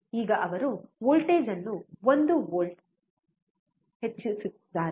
ಈಗ ಅವರು ವೋಲ್ಟೇಜ್ ಅನ್ನು 1 ವೋಲ್ಟ್ಗೆ ಹೆಚ್ಚಿಸುತ್ತಿದ್ದಾರೆ